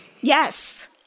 Yes